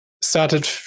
started